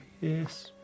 Yes